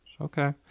okay